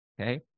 okay